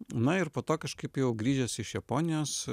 na ir po to kažkaip jau grįžęs iš japonijos